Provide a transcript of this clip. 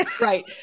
Right